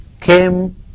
came